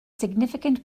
significant